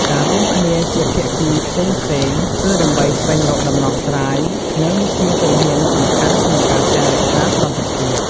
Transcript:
ការរួមគ្នាជាភាគីផ្សេងៗ គឺដើម្បីស្វែងរកដំណោះស្រាយ និងជាជំហានសំខាន់ក្នុងការថែរក្សាសន្តិភាព។